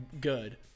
good